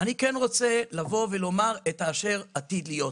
אני כן רוצה לבוא ולומר את אשר עתיד להיות.